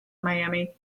miami